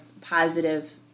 positive